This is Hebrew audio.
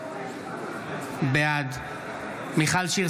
בעד מיכל שיר